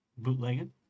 bootlegging